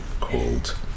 called